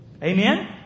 Amen